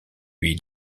lui